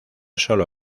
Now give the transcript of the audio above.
solo